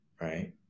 right